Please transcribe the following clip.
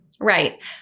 Right